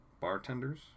bartenders